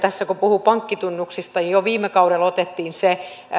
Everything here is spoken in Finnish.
puhui pankkitunnuksista niin jo viime kaudella otettiin huomioon se